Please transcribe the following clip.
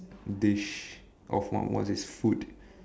dish of what what is this food